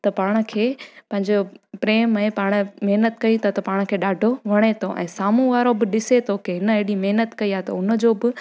त पाण खे पंहिंजो प्रेम ऐं पाण महिनत कयूं था पाण खे ॾाढो वणे थो ऐं साम्हूं वारो बि ॾिसे थो की हिन एॾी महिनत कई आहे त उन जो बि